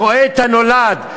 הרואה את הנולד.